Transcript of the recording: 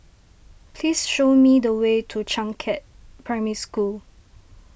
please show me the way to Changkat Primary School